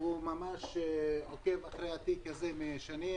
והוא ממש עוקב אחרי התיק הזה שני,